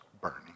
burning